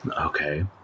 Okay